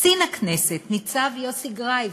קצין הכנסת ניצב יוסי גריף,